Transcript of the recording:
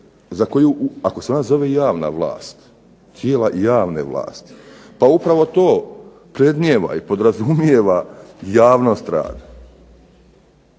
za koju ako se ona zove javna vlast, tijela javne vlasti, upravo to predmnijeva i podrazumijeva javnost rada.